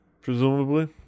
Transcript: presumably